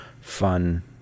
fun